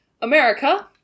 America